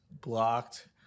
blocked